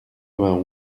vingt